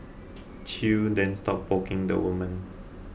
chew then stopped poking the woman